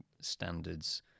standards